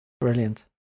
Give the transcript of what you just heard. Brilliant